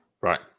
right